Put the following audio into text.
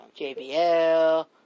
JBL